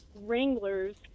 wranglers